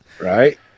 Right